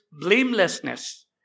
blamelessness